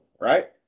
right